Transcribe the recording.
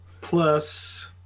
plus –